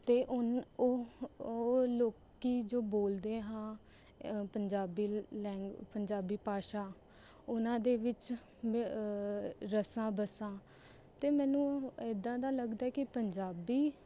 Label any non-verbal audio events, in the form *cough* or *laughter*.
ਅਤੇ ਉਹਨਾ ਉਹ ਉਹ ਲੋਕ ਜੋ ਬੋਲਦੇ ਹਾਂ ਪੰਜਾਬੀ *unintelligible* ਪੰਜਾਬੀ ਭਾਸ਼ਾ ਉਹਨਾਂ ਦੇ ਵਿੱਚ *unintelligible* ਰਸਾਂ ਵਸਾਂ ਅਤੇ ਮੈਨੂੰ ਇਦਾਂ ਦਾ ਲੱਗਦਾ ਹੈ ਕਿ ਪੰਜਾਬੀ